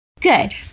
Good